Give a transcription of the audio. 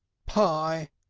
pie,